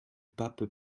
pape